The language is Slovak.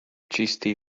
čistý